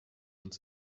uns